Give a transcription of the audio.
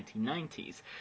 1990s